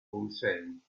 unfällen